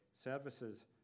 services